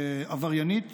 עבריינית,